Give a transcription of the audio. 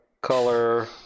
color